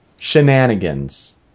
Shenanigans